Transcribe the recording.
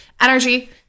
energy